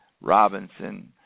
Robinson